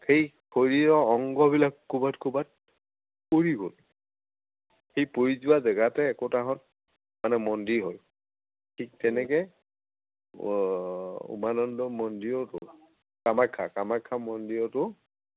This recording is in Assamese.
সেই শৰীৰৰ অংগবিলাক ক'ৰবাত ক'ৰবাত পৰি গ'ল সেই পৰি যোৱা জেগাতে একোটাহঁত মানে মন্দিৰ হ'ল ঠিক তেনেকৈ উমানন্দ মন্দিৰো হ'ল কামাখ্যা কামাখ্যা মন্দিৰতো